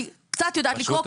אני קצת יודעת לקרוא,